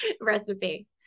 recipe